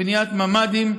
בניית ממ"דים,